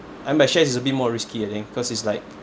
I mean but shares it's a bit more risky I think because it's like